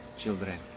children